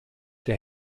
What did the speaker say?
der